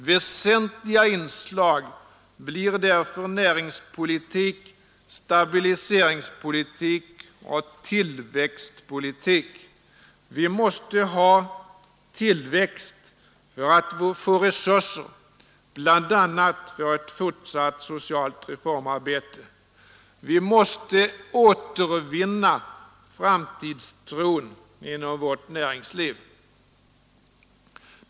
Väsentliga inslag blir därför näringspolitik, stabiliseringspolitik och tillväxtpolitik. Vi måste ha tillväxt för att få resurser, bl.a. för ett fortsatt socialt reformarbete. Vi måste återvinna framtidstron inom vårt näringsliv.